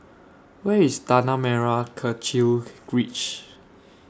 Where IS Tanah Merah Kechil Ridge